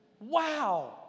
Wow